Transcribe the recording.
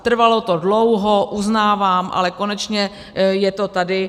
Trvalo to dlouho, uznávám, ale konečně je to tady.